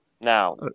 Now